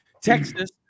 Texas